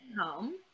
home